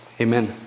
amen